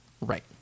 Right